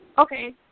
Okay